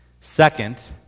Second